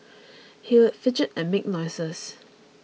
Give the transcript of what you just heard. he would fidget and make noises